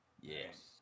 Yes